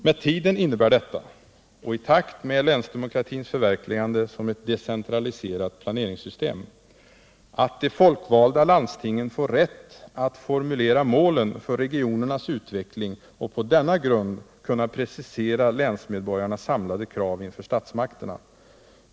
Med tiden innebär detta — i takt med länsdemokratins förverkligande som ett decentraliserat planeringssystem — att de folkvalda landstingen får rätt att formulera målen för regionernas utveckling och att de på denna grund kan precisera länsmedborgarnas samlade krav inför statsmakterna.